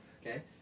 Okay